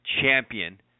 champion